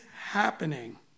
happening